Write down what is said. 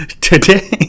Today